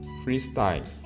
freestyle